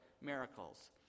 miracles